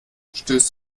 stößt